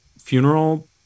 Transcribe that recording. funeral